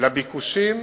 לביקושים